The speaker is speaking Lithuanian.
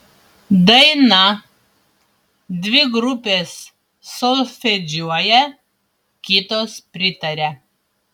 daina dvi grupės solfedžiuoja kitos pritaria